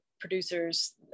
producers